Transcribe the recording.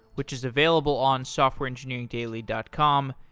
which is available on softwareengineeringdaily dot com.